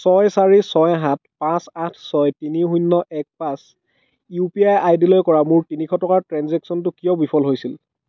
ছয় চাৰি ছয় সাত পাঁচ আঠ ছয় তিনি শূন্য এক পাঁচ ইউ পি আই আই ডিলৈ কৰা মোৰ তিনিশ টকাৰ ট্ৰেঞ্জেক্চনটো কিয় বিফল হৈছিল